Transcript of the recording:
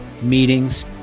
meetings